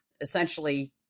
essentially